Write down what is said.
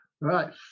Right